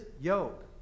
yoke